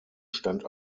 stand